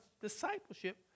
discipleship